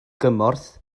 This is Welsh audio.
gymorth